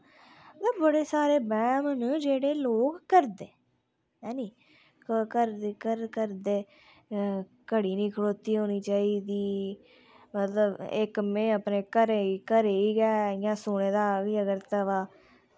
बड़े सारे बैह्म न जेह्ड़े लोग करदे हैनी लोग करदे घढ़ी नी खड़ोती होनी चाहिदी मतलव इक में अपने घरे रे गै इयां सुने दा कि तवा